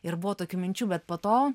ir buvo tokių minčių bet po to